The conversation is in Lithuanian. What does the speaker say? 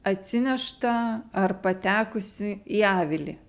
atsineštą ar patekusį į avilį